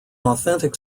authentic